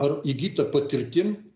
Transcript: ar įgyta patirtim